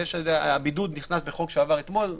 הבידוד נכנס בחוק שעבר אתמול.